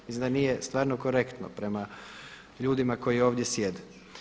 Mislim da nije stvarno korektno prema ljudima koji ovdje sjede.